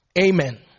Amen